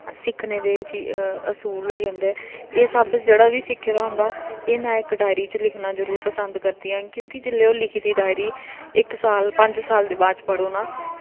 सिक्खने ते असूल होई जंदे एह् सब जेह्ड़ा बी सिक्खे दा होंदा ऐ एह् में इस डायरी च लिखना जरूर पसंद करदी आं क्योंकि जेल्लै ओह् लिखी दी डायरी इक साल पंज साल दे बाद च पढ़ो ना